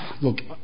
look